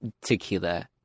tequila